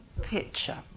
picture